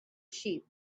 sheep